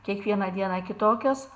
kiekvieną dieną kitokios